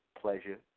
pleasure